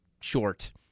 short